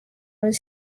was